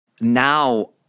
now